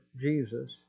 Jesus